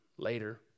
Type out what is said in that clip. Later